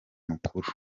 mukuru